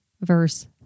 verse